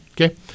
okay